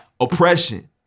oppression